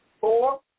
four